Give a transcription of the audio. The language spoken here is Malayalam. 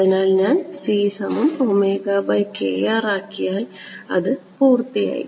അതിനാൽ ഞാൻ ആക്കിയാൽ അത് പൂർത്തിയായി